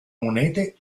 monete